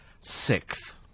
sixth